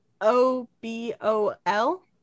O-B-O-L